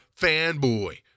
fanboy